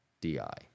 D-I